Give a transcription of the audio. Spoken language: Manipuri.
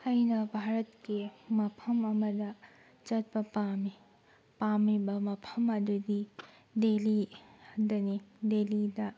ꯑꯩꯅ ꯚꯥꯔꯠꯀꯤ ꯃꯐꯝ ꯑꯃꯗ ꯆꯠꯄ ꯄꯥꯝꯃꯤ ꯄꯥꯝꯃꯤꯕ ꯃꯐꯝ ꯑꯗꯨꯗꯤ ꯗꯦꯂꯤꯗꯅꯤ ꯗꯦꯂꯤꯗ